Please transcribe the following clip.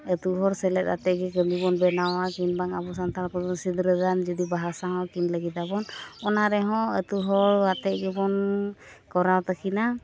ᱟᱹᱛᱩ ᱦᱚᱲ ᱥᱮᱞᱮᱫ ᱠᱟᱛᱮᱫ ᱜᱮ ᱠᱟᱹᱢᱤ ᱵᱚᱱ ᱵᱮᱱᱟᱣᱟ ᱠᱤᱢᱵᱟ ᱟᱵᱚ ᱥᱟᱱᱛᱟᱲ ᱠᱚᱫᱚ ᱥᱤᱝᱨᱟᱹᱫᱟᱱ ᱡᱩᱫᱤ ᱵᱟᱦᱟ ᱥᱟᱦᱟ ᱠᱤᱱ ᱞᱟᱹᱜᱤᱫ ᱟᱵᱚᱱ ᱚᱱᱟ ᱨᱮᱦᱚᱸ ᱟᱹᱛᱩ ᱦᱚᱲ ᱟᱛᱮᱫ ᱜᱮᱵᱚᱱ ᱠᱚᱨᱟᱣ ᱛᱟᱹᱠᱤᱱᱟ